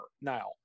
Now